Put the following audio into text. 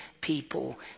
people